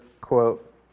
quote